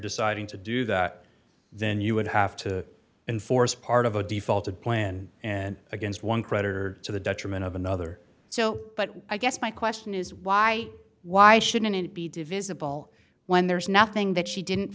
deciding to do that then you would have to enforce part of a defaulted plan and against one creditor to the detriment of another so but i guess my question is why why shouldn't it be divisible when there's nothing that she didn't